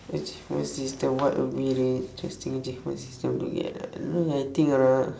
achievement system what would be the interesting achievement system to get I don't know ah I think